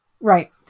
Right